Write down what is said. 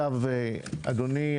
אנחנו מראש מתנצלים שזה היה בדוחק.